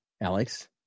Alex